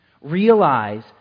Realize